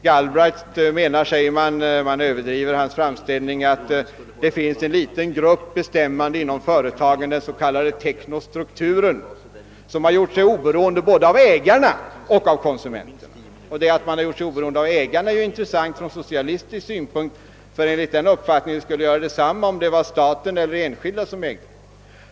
Galbraith menar, säger man — man överdriver hans framställning -— att det finns en liten grupp bestämmande inom företagen, den s.k. teknostrukturen, som har gjort sig oberoende både av ägarna och av konsumenterna. Att man har gjort sig oberoende av ägarna är ju intressant ur socialistisk synpunkt; enligt den uppfattningen skulle det alltså göra detsamma om det var staten eller enskilda som ägde företagen.